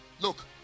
look